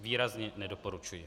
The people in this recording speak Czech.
Výrazně nedoporučuji.